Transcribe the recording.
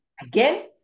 Again